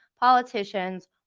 politicians